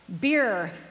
beer